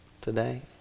Today